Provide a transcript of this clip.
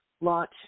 launch